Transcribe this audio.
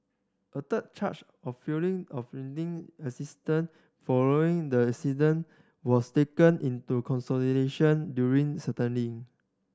a third charge of failing off rendering assistance following the accident was taken into consolidation during